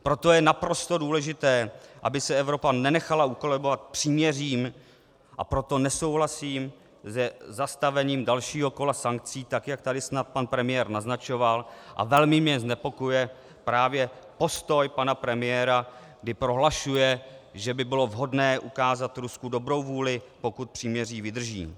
Proto je naprosto důležité, aby se Evropa nenechala ukolébat příměřím, a proto nesouhlasím se zastavením dalšího kola sankcí, tak jak snad tady pan premiér naznačoval, a velmi mě znepokojuje právě postoj pana premiéra, kdy prohlašuje, že by bylo vhodné ukázat Rusku dobrou vůli, pokud příměří vydrží.